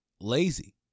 lazy